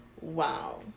wow